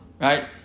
right